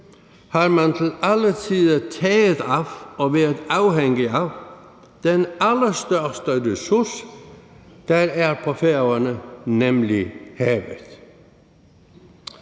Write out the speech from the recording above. har man til alle tider taget af og været afhængig af den allerstørste ressource, der er på Færøerne, nemlig havet.